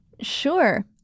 Sure